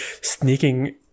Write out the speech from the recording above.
sneaking